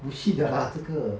bullshit 的啦这个